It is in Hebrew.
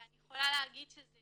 ואני יכולה להגיד שזה